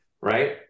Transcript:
right